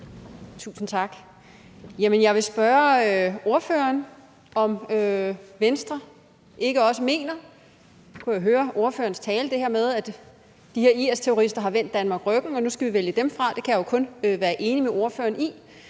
Tusind tak. Jeg vil spørge ordføreren, om Venstre ikke denne gang – nu kunne jeg høre ordføreren tale om det her med, at de her IS-terrorister har vendt Danmark ryggen, og at vi nu skal vælge dem fra; det kan jeg jo kun være enig med ordføreren i